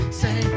say